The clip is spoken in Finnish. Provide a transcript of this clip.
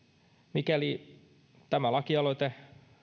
mikäli tämä lakialoite